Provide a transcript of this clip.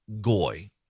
Goy